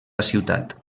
ciutat